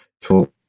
talk